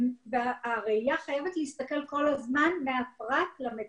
הראייה חייבת להסתכל מהפרט למדינה.